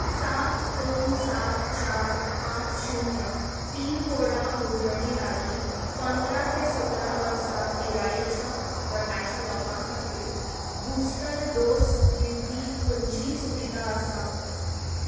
सात दोन सात चार पांच शुन्य पीन कॉडा भोंवतणी लागीं पंदरा ते सतरा वर्सां पिरायेच्या गटाच्या लोकां खातीर बुस्टर डोस दिवपी खंयचीय सुविधा आसा